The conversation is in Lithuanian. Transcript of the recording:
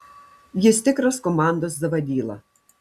jis tikras komandos zavadyla